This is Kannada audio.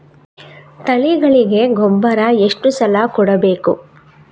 ತಳಿಗಳಿಗೆ ಗೊಬ್ಬರ ಎಷ್ಟು ಸಲ ಕೊಡಬೇಕು?